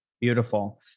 Beautiful